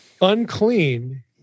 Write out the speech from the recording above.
Unclean